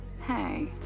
Hey